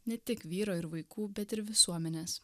ne tik vyro ir vaikų bet ir visuomenės